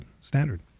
standard